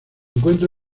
encuentra